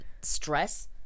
stress